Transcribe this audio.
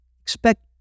expect